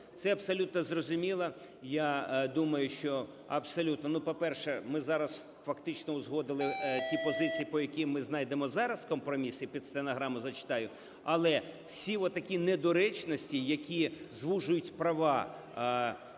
Це абсолютно зрозуміло. Я думаю, що абсолютно, ну, по-перше, ми зараз фактично узгодили ті позиції, по яким ми знайдемо зараз компроміси, під стенограму зачитаю. Але всі отакі недоречності, які звужують права